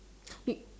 spit